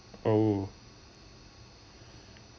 oh